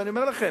ואני אומר לכם,